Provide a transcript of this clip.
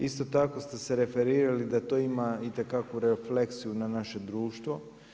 Isto tako ste se referirali da to ima itekakvu refleksiju na naše društvo.